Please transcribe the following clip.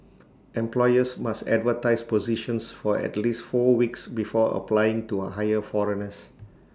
employers must advertise positions for at least four weeks before applying to A hire foreigners